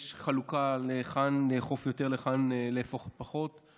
יש חלוקה היכן לאכוף יותר והיכן לאכוף פחות.